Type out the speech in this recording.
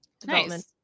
development